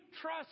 trust